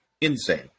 Insane